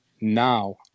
Now